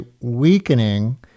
weakening